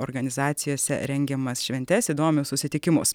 organizacijose rengiamas šventes įdomius susitikimus